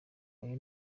ayo